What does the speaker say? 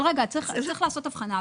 אבל רגע, צריך לעשות הבחנה.